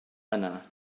yna